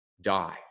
die